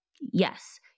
Yes